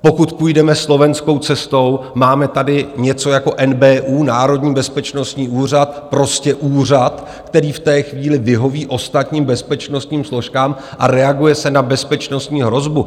Pokud půjdeme slovenskou cestou, máme tady něco jako NBÚ, Národní bezpečnostní úřad, prostě úřad, který v té chvíli vyhoví ostatním bezpečnostním složkám, a reaguje se na bezpečnostní hrozbu.